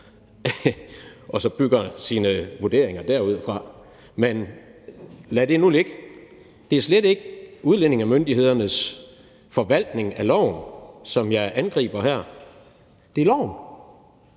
at man bygger sine vurderinger derudfra. Men lad det nu ligge. Det er slet ikke udlændingemyndighedernes forvaltning af loven, som jeg angriber her; det er loven.